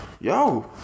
Yo